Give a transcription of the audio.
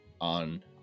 on